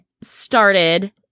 started